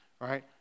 right